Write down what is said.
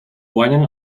guanyen